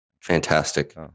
Fantastic